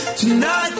tonight